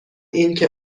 اینکه